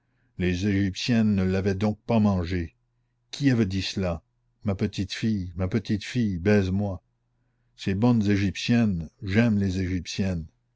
les égyptiennes ne l'avaient donc pas mangée qui avait dit cela ma petite fille ma petite fille baise moi ces bonnes égyptiennes j'aime les égyptiennes